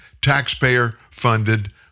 taxpayer-funded